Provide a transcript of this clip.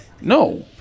No